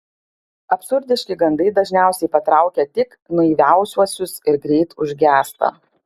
absurdiški gandai dažniausiai patraukia tik naiviausiuosius ir greit užgęsta